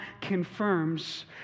confirms